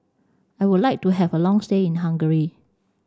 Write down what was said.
I would like to have a long stay in Hungary